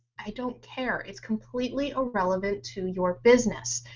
i don't care. it's completely irrelevant to your business.